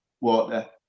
water